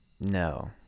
No